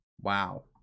wow